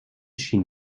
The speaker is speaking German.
schien